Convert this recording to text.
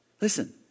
Listen